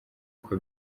uko